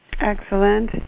Excellent